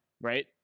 right